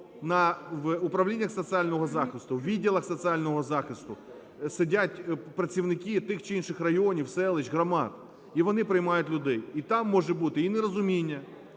в управліннях соціального захисту, в відділах соціального захисту сидять працівники тих чи інших районів, селищ, громад. І вони приймають людей. І там може бути і нерозуміння,